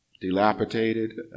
dilapidated